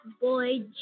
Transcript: boy